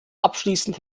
abschließend